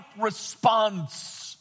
response